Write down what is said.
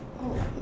oh